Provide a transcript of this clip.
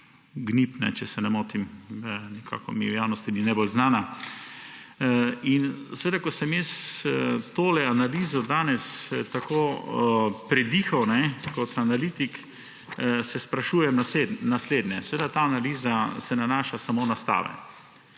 Gnip, če se ne motim, nekako mi v javnosti ni najbolj znana. Potem ko sem to analizo danes predihal kot analitik, se sprašujem naslednje. Ta analiza se nanaša samo na stave,